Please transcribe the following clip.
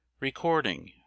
Recording